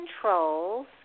controls